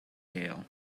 gale